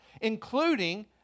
including